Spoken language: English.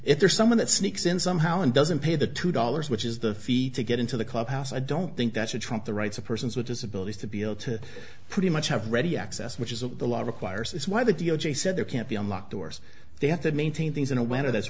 if there's someone that sneaks in somehow and doesn't pay the two dollars which is the fee to get into the clubhouse i don't think that should trump the rights of persons with disabilities to be able to pretty much have ready access which is what the law requires is why the d o j said there can't be unlocked doors they have to maintain things in a winner that's